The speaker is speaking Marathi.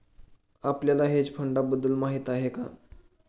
आपल्याला हेज फंडांबद्दल काही माहित आहे का?